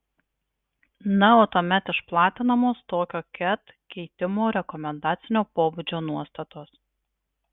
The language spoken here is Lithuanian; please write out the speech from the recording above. na o tuomet išplatinamos tokio ket keitimo rekomendacinio pobūdžio nuostatos